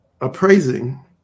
appraising